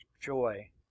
joy